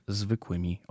zwykłymi